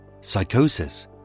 psychosis